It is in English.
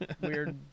weird